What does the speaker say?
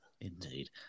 Indeed